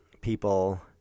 people